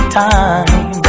time